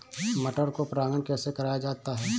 मटर को परागण कैसे कराया जाता है?